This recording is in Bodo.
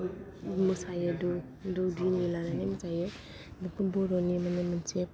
मोसायो दौदिनि लानानै मोसायो बेफोर बर'नि माने मोनसे